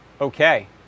Okay